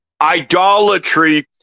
idolatry